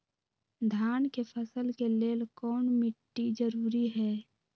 धान के फसल के लेल कौन मिट्टी जरूरी है?